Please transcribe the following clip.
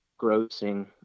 grossing